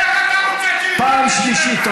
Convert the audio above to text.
איך אתה רוצה, פעם שלישית.